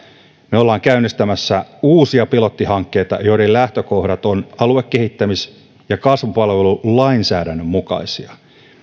me olemme käynnistämässä uusia pilottihankkeita joiden lähtökohdat ovat aluekehittämis ja kasvupalvelulainsäädännön mukaisia